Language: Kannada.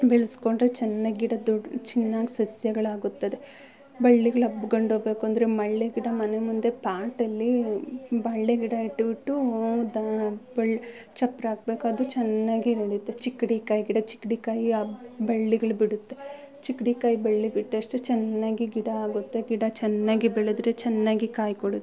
ಬೆಳೆಸ್ಕೊಂಡ್ರೆ ಚೆನ್ನಾಗ್ ಗಿಡ ದೊಡ್ಡ ಚೆನ್ನಾಗ್ ಸಸ್ಯಗಳಾಗುತ್ತದೆ ಬಳ್ಳಿಗಳು ಹಬ್ಕೊಂಡೋಗ್ಬೇಕು ಅಂದರೆ ಮಳ್ಳೇಗಿಡ ಮನೆ ಮುಂದೆ ಪಾಟಲ್ಲಿ ಬಳ್ಳೇಗಿಡ ಇಟ್ಬಿಟ್ಟು ಅದ ಬಳ್ ಚಪ್ಪರ ಹಾಕ್ಬೇಕು ಅದು ಚೆನ್ನಾಗಿ ಬೆಳೆಯುತ್ತೆ ಚಿಕ್ಡಿ ಕಾಯಿ ಗಿಡ ಚಿಕ್ಡಿ ಕಾಯಿ ಆ ಬಳ್ಳಿಗಳು ಬಿಡುತ್ತೆ ಚಿಕ್ಡಿ ಕಾಯಿ ಬಳ್ಳಿ ಬಿಟ್ಟಷ್ಟು ಚೆನ್ನಾಗಿ ಗಿಡ ಆಗುತ್ತೆ ಗಿಡ ಚೆನ್ನಾಗಿ ಬೆಳೆದ್ರೆ ಚೆನ್ನಾಗಿ ಕಾಯಿ ಕೊಡುತ್ತೆ